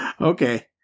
Okay